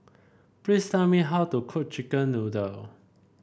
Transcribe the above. please tell me how to cook chicken noodle